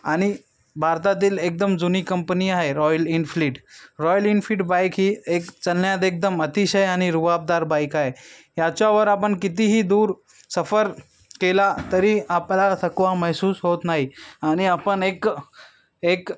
आणि भारतातील एकदम जुनी कंपनी आहे Royal Enfield Royal Enfield bike ही एक चालण्यात एकदम अतिशय आणि रुबाबदार बाईक आहे याच्यावर आपण कितीही दूर सफर केला तरी आपला थकवा महसूस होत नाही आणि आपण एक एक